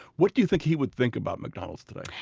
what do you think he would think about mcdonald's today?